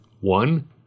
One